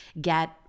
Get